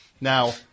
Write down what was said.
Now